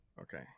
Okay